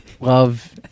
Love